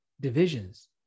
divisions